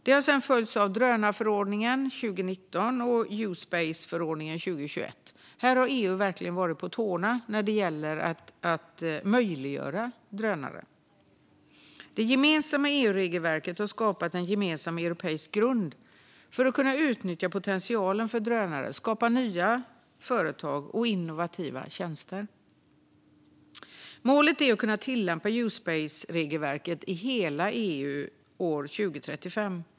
Det har sedan följts av drönarförordningen 2019 och U-space-förordningen 2021. Här har EU verkligen varit på tårna för att göra det möjligt att hantera drönare. EU-regelverket har skapat en gemensam europeisk grund för att kunna utnyttja potentialen med drönare, skapa nya företag och ta fram innovativa tjänster. Målet är att kunna tillämpa U-space-regelverket i hela EU 2035.